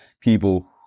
people